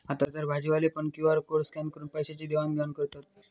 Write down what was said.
आतातर भाजीवाले पण क्यु.आर कोड स्कॅन करून पैशाची देवाण घेवाण करतत